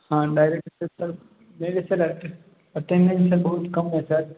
हाँ director sir मेरे से अटेंडेंस सर बहुत कम है सर